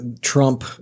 Trump